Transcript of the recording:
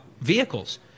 vehicles